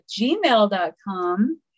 gmail.com